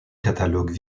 catalogue